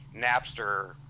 Napster